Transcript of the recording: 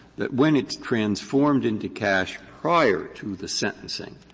that when it's transformed into cash prior to the sentencing,